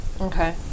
Okay